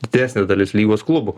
didesnė dalis lygos klubų